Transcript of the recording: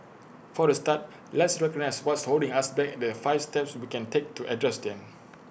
for A start let's recognise what's holding us back the five steps we can take to address them